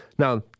Now